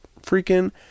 freaking